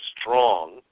strong